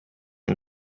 and